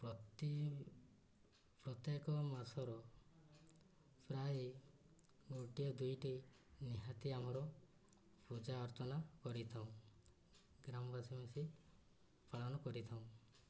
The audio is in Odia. ପ୍ରତି ପ୍ରତ୍ୟେକ ମାସର ପ୍ରାୟ ଗୋଟିଏ ଦୁଇଟି ନିହାତି ଆମର ପୂଜା ଅର୍ଚ୍ଚନା କରିଥାଉ ଗ୍ରାମବାସୀ ମିଶି ପାଳନ କରିଥାଉ